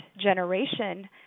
generation